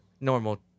Normal